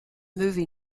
movie